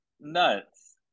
nuts